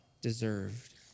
deserved